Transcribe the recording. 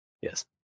Yes